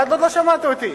אבל עוד לא שמעת אותי.